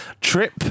trip